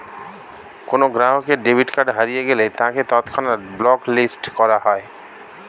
কোনো গ্রাহকের debit card হারিয়ে গেলে তাকে তৎক্ষণাৎ ব্লক লিস্ট করা হয়